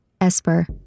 Esper